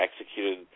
executed